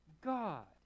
God